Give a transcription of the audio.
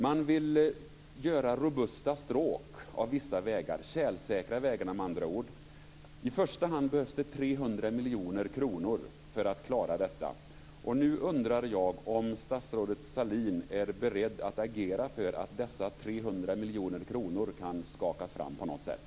Man vill göra robusta stråk av vissa vägar, tjälsäkra vägarna med andra ord. I första hand behövs det 300 miljoner kronor för att klara detta. Nu undrar jag om statsrådet Sahlin är beredd att agera för att dessa 300 miljoner kronor kan skakas fram på något sätt.